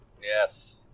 Yes